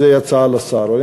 וזו הצעה לשר,